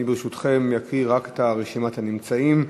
ברשותכם, אקריא רק את רשימת הנמצאים,